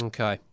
Okay